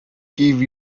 give